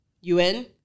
UN